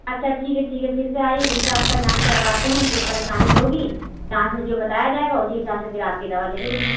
اچھا ٹھیک ہے ٹھیک ہے پھر سے آئیے پھر سے آپ کا جانچ کرواتے ہیں جو پریشانی ہو گی جانچ میں جو بتایا جائے گا اُسی حساب سے پھر آپ کی دوا چلے گی